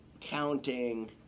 counting